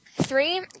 Three